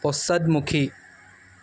পশ্চাদমুখী